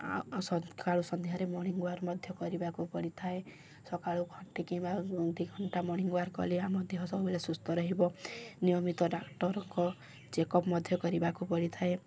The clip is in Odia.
ଆଉ ସକାଳୁ ସନ୍ଧ୍ୟାରେ ମର୍ଣିଙ୍ଗ ୱାଲ୍କ୍ ମଧ୍ୟ କରିବାକୁ ପଡ଼ିଥାଏ ସକାଳୁ ଘଣ୍ଟେ କିମ୍ବା ଦୁଇ ଘଣ୍ଟା ମର୍ଣିଙ୍ଗ ୱାଲ୍କ୍ କଲେ ଆ ମଧ୍ୟ ସବୁବେଳେ ସୁସ୍ଥ ରହିବ ନିୟମିତ ଡାକ୍ତରଙ୍କ ଚେକଅପ୍ ମଧ୍ୟ କରିବାକୁ ପଡ଼ିଥାଏ